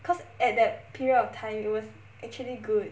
cause at that period of time it was actually good